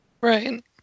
Right